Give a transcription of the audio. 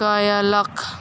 कयलक